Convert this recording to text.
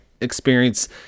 experience